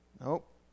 Nope